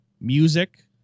music